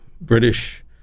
British